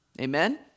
Amen